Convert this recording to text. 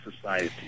society